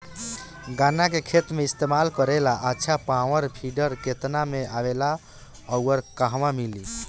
गन्ना के खेत में इस्तेमाल करेला अच्छा पावल वीडर केतना में आवेला अउर कहवा मिली?